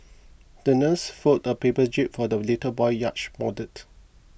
the nurse folded a paper jib for the little boy's yacht model